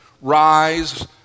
rise